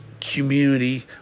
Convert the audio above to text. community